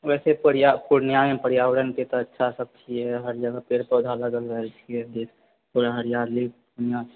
वैसे पर्या पूर्णियामे पर्यावरणके तऽ अच्छा सब छिऐ हर जगह पेड़ पौधा लगल रहए छिऐ कि यहाँ हरिआली बढ़िआँ छै